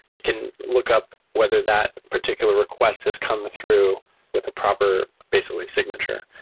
it can look up whether that particular request has come through with a proper, basically, signature,